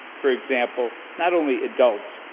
for example, not only adults,